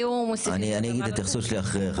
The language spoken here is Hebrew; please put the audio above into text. אני אגיד את ההתייחסות שלי אחרי כן.